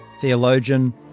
theologian